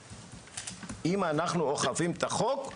אם אנחנו אוכפים את החוק,